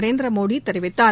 நரேந்திரமோடி தெரிவித்தார்